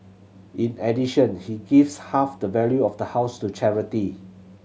in addition he gives half the value of the house to charity